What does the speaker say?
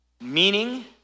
Meaning